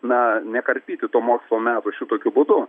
na nekarpyti tų mokslo metų šitokiu būdu